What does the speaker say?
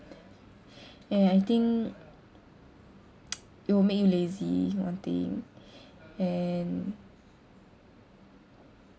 and I think it will make you lazy one thing and